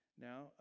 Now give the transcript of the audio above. now